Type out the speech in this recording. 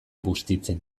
buztintzen